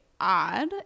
odd